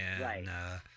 Right